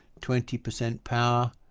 twenty percent power,